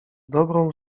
dobrą